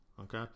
okay